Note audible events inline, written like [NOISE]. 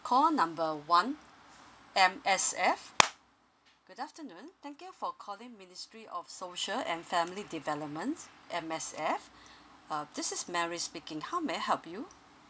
call number one M_S_F good afternoon thank you for calling ministry of social and family development M_S_F [BREATH] uh this is mary speaking how may I help you